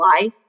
life